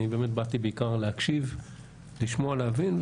אני באתי בעיקר להקשיב, לשמוע, להבין.